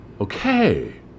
Okay